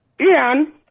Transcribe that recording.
Ian